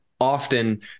often